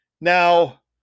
Now